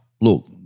look